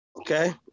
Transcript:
okay